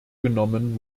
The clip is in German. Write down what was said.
genommen